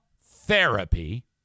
therapy